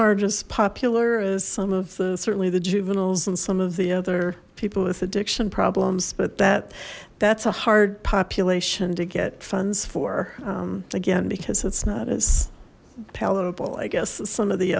are just popular as some of the certainly the juveniles and some of the other people with addiction problems but that that's a hard population to get funds for again because it's not as palatable i guess some of the